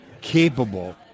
capable